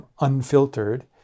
unfiltered